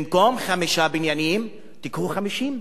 במקום חמישה בניינים תיקחו 50,